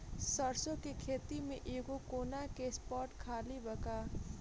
सरसों के खेत में एगो कोना के स्पॉट खाली बा का?